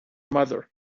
mother